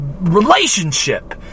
relationship